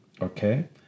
okay